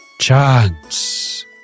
chance